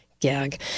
Gag